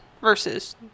versus